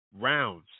rounds